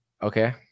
Okay